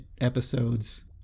episodes